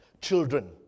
Children